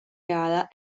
gara